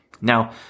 Now